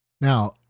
Now